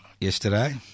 yesterday